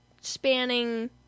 Spanning